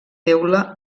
teula